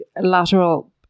lateral